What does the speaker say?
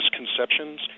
misconceptions